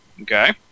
Okay